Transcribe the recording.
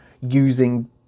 using